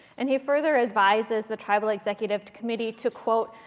and he further advises the tribal executive committee to, quote,